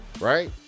right